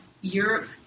Europe